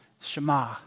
Shema